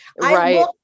Right